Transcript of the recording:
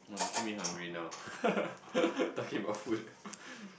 no making me hungry now talking about food